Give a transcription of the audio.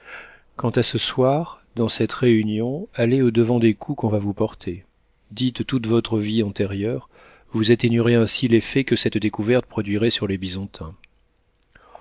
quant à ce soir dans cette réunion allez au-devant des coups qu'on va vous porter dites toute votre vie antérieure vous atténuerez ainsi l'effet que cette découverte produirait sur les bisontins